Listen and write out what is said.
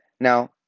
Now